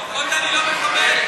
לפחות אני לא מחבל.